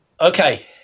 Okay